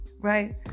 Right